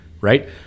Right